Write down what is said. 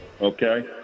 okay